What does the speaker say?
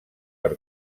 per